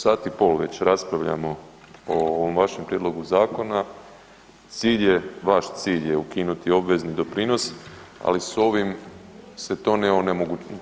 Sat i pol već raspravljamo o ovom vašem prijedlogu zakona, vaš cilj je ukinuti obvezni doprinos, ali s ovim se